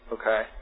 Okay